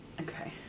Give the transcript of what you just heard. Okay